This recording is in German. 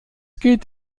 geht